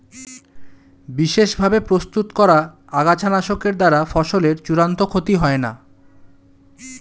বিশেষ ভাবে প্রস্তুত করা আগাছানাশকের দ্বারা ফসলের চূড়ান্ত ক্ষতি হয় না